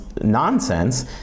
nonsense